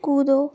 कूदो